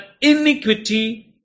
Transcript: iniquity